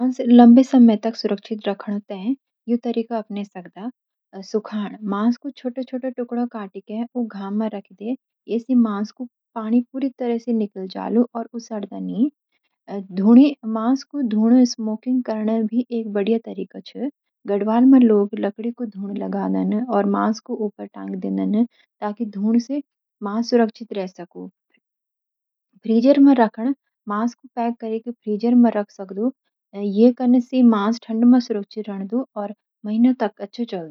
मांस लम्बे समय तक सुरक्षित राखणु तैं यूं तरिके अपने सक्दा: सुखाण: मांस कु छोटे-छोटे टुकड़े काट के उ घाम मा रखी दि, एसी मांस कु पानी पूरी तरिके सी निकालि जलु और उ सड़दा नि। धूणी: मांस कू धूण (स्मोकिंग) करणा भी एक बढ़िया तरिकों छ। गढ़वाल मा लोग लकड़ी कु धूण लगादन और मांस कु उपर टांगी देनंद ताकि धूण स मांस सुरक्षित रय सक्कु। फ्रीजर मा राखण: मांस कू पैक करिक फ्रीजर मा राख सक्दु। येन कन सी मांस ठंड मा सुरक्षित रहणदु और महीनों तक अच्छा चलदु।